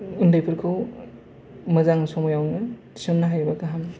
उन्दैफोरखौ मोजां समाव थिसननो हायोबा गाहाम